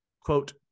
quote